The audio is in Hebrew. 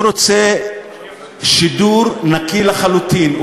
הוא רוצה שידור נקי לחלוטין.